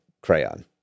crayon